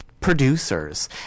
producers